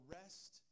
rest